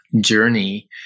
journey